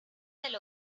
del